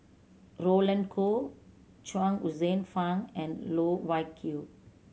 Roland Goh Chuang Hsueh Fang and Loh Wai Kiew